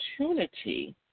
opportunity